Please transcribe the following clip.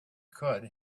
could